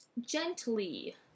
Gently